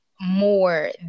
more